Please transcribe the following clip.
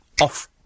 off